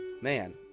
man